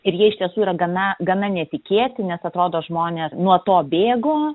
ir jie iš tiesų yra gana gana netikėti nes atrodo žmonės nuo to bėgo